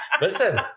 Listen